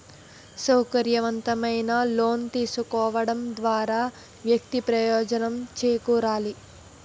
సౌకర్యవంతమైన లోన్స్ తీసుకోవడం ద్వారా వ్యక్తి ప్రయోజనం చేకూరాలి